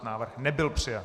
Návrh nebyl přijat.